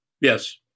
Yes